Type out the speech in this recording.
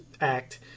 act